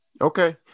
okay